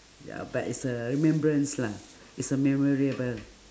ya but it's a remembrance lah it's a memorable